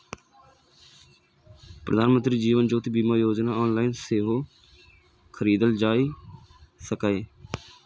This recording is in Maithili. प्रधानमंत्री जीवन ज्योति बीमा योजना ऑनलाइन सेहो खरीदल जा सकैए